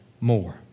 more